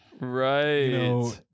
Right